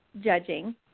judging